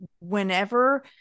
whenever